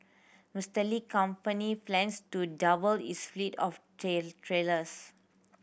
Mister Li company plans to double its fleet of trailers